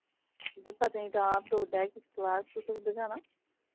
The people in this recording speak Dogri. इद्धर पत्नीटाप डोडै किश्तवाड़ तुसें कुद्धर जाना